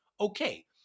Okay